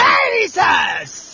Jesus